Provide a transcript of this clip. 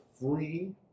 free